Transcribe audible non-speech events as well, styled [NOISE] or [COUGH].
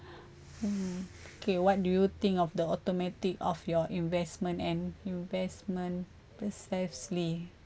[BREATH] mm okay what do you think of the automatic of your investment and investment precisely